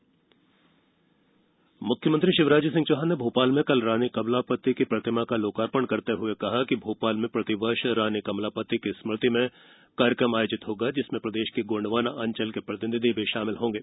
कमलापति कार्यक्रम मुख्यमंत्री शिवराज सिंह चौहान ने भोपाल में कल रानी कमलापति की प्रतिमा का लोकार्पण करते हुए कहा कि भोपाल में प्रतिवर्ष रानी कमलापति की स्मृति में कार्यक्रम होगा जिसमें प्रदेश के गोंडवाना अंचल के प्रतिनिधि भी शामिल होंगे